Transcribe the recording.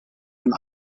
von